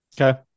Okay